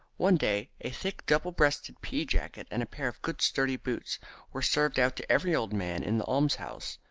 one day a thick double-breasted pea-jacket and a pair of good sturdy boots were served out to every old man in the almshouse.